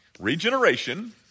Regeneration